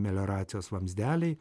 melioracijos vamzdeliai